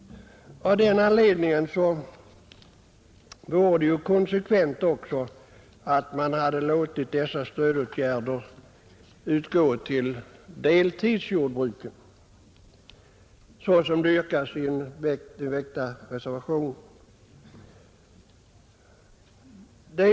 Av den anledningen hade det också varit konsekvent att låta stödåtgärderna omfatta även deltidsjordbruket, såsom det yrkats i reservationen.